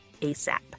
ASAP